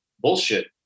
bullshit